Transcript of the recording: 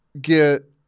get